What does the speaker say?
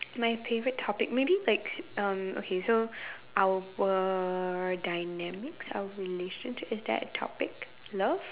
my favourite topic maybe like um okay so our dynamics our relationship is that a topic love